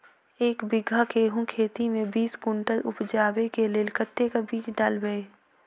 एक बीघा गेंहूँ खेती मे बीस कुनटल उपजाबै केँ लेल कतेक बीज डालबै?